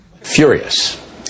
Furious